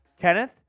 Kenneth